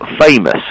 famous